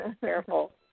careful